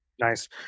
Nice